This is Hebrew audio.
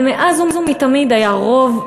אבל מאז ומתמיד היה רוב,